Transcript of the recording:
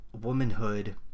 womanhood